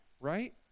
right